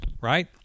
right